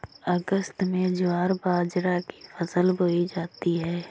अगस्त में ज्वार बाजरा की फसल बोई जाती हैं